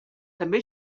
també